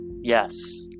Yes